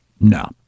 No